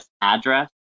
address